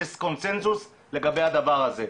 יש קונצנזוס לגבי הדבר הזה.